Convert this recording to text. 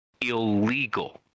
illegal